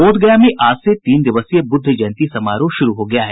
बोधगया में आज से तीन दिवसीय बुद्ध जयंती समारोह शुरू हो गया है